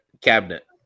cabinet